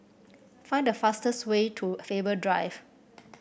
find the fastest way to Faber Drive